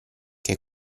che